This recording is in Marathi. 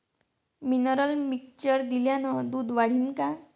मिनरल मिक्चर दिल्यानं दूध वाढीनं का?